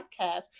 podcast